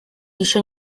еще